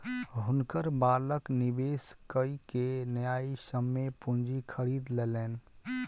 हुनकर बालक निवेश कय के न्यायसम्य पूंजी खरीद लेलैन